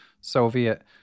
Soviet